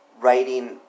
writing